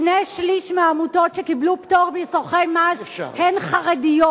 שני-שלישים מהעמותות שקיבלו פטור לצורכי מס הן חרדיות.